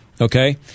okay